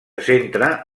centra